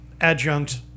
adjunct